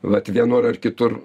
vat vienur ar kitur